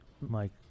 mike